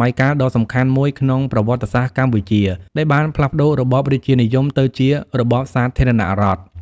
ម័យកាលដ៏សំខាន់មួយក្នុងប្រវត្តិសាស្ត្រកម្ពុជា ដែលបានផ្លាស់ប្ដូររបបរាជានិយមទៅជារបបសាធារណរដ្ឋ។